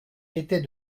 était